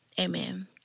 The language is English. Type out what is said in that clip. amen